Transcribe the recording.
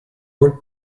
роль